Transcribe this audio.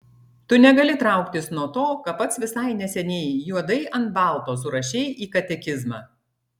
tu negali trauktis nuo to ką pats visai neseniai juodai ant balto surašei į katekizmą